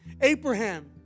Abraham